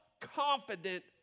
confident